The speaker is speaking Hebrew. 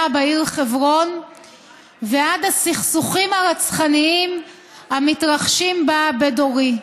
בעיר חברון ועד הסכסוכים הרצחניים המתרחשים בה בדורי.